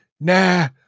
nah